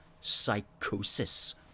psychosis